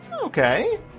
Okay